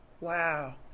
Wow